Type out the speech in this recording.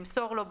למסור לו,